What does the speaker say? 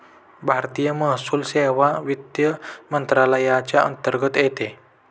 भारतीय महसूल सेवा वित्त मंत्रालयाच्या अंतर्गत येते